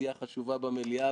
זה הישג מדהים.